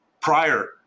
prior